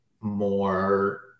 more